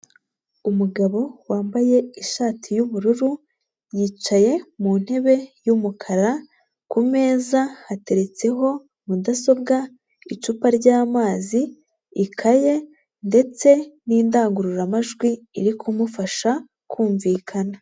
Umugabo wambaye ishati y'ubururu yicaye mu ntebe yumukara; ku meza hateretseho mudasobwa, icupa ry'amazi, ikaye; ndetse n'indangururamajwi iri kumufasha kumvikana.